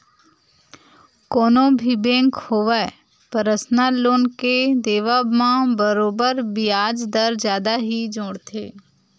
कोनो भी बेंक होवय परसनल लोन के देवब म बरोबर बियाज दर जादा ही जोड़थे